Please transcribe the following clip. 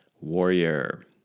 warrior